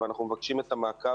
אבל אנחנו מבקשים את המעקב